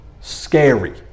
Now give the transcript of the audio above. Scary